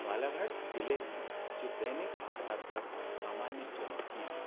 बालाघाट जिले में जो दैनिक आधार पर सामान्य चुनौतियाँ हैं